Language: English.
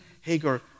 Hagar